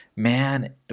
Man